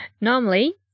normally